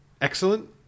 excellent